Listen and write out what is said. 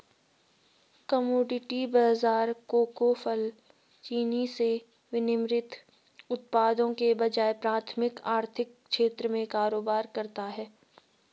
commodity बाजार कोको, फल, चीनी जैसे विनिर्मित उत्पादों के बजाय प्राथमिक आर्थिक क्षेत्र में कारोबार करता है